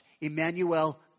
Emmanuel